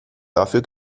dafür